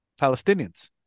Palestinians